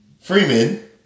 Freeman